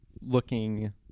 looking